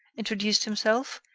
introduced himself,